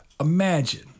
imagine